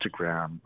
Instagram